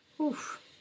Oof